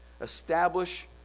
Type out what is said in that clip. establish